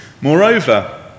Moreover